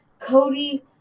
Cody